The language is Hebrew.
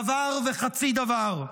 דבר וחצי דבר.